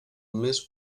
més